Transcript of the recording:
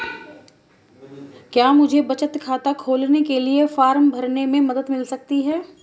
क्या मुझे बचत खाता खोलने के लिए फॉर्म भरने में मदद मिल सकती है?